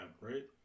right